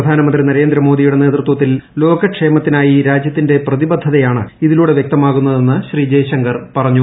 പ്രധാനമന്ത്രി നരേന്ദ്രമോദിയുടെ നേതൃത്വത്തിൽ ലോക ക്ഷേമത്തിനായി രാജ്യത്തിന്റെ പ്രതിബദ്ധതയാണ് ഇതിലൂടെ വൃക്തമാകുന്നതെന്ന് ശ്രീ ജയശങ്കർ പറഞ്ഞു